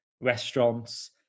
restaurants